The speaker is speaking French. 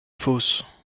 fausse